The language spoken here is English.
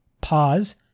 Pause